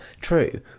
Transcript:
True